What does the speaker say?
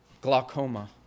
glaucoma